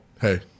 Hey